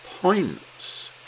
points